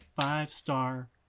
Five-star